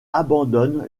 abandonne